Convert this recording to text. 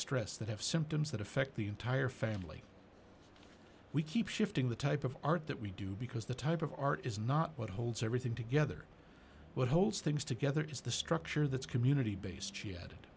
stress that have symptoms that affect the entire family we keep shifting the type of art that we do because the type of art is not what holds everything together what holds things together is the structure that's community based